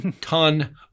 ton